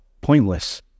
pointless